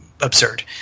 absurd